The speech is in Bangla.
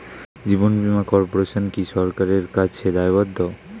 জীবন বীমা কর্পোরেশন কি সরকারের কাছে দায়বদ্ধ?